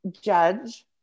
judge